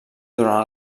durant